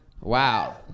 Wow